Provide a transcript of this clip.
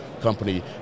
company